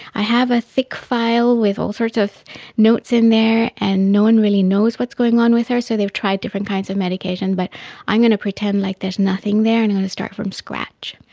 i have a thick file with all sorts of notes in there and no one really knows what's going on with her, so they've tried different kinds of medication, but i'm going to pretend like there's nothing there and i'm going to start from scratch.